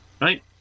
right